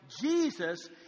Jesus